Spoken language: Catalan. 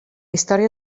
història